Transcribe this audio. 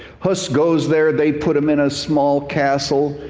hus goes there. they put him in a small castle.